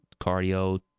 cardio